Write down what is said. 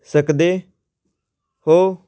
ਸਕਦੇ ਹੋ